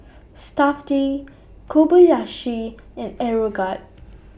Stuff'd Kobayashi and Aeroguard